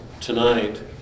tonight